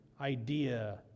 idea